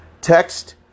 Text